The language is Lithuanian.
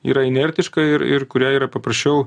yra inertiška ir ir kuriai yra paprasčiau